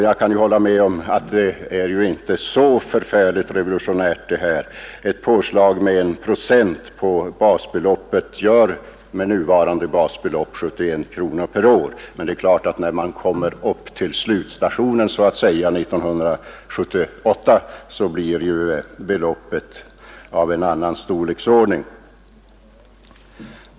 Jag kan hålla med om att det ju inte är så förfärligt revolutionärt. Ett påslag med 1 procent på basbeloppet gör med nuvarande basbelopp 71 kronor per år. Det är emellertid klart att när man kommer till ”slutstationen” 1978 blir beloppet av en annan storleksordning.